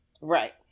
right